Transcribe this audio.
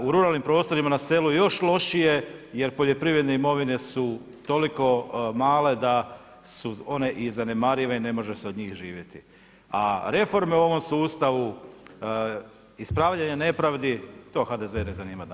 U ruralnim prostorima na selu još lošije jer poljoprivredne imovine su toliko male da su one i zanemarive, ne može se od njih živjeti, a reforme u ovom sustavu, ispravljanje nepravdi, to HDZ ne zanima danas.